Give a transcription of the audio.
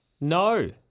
No